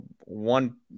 one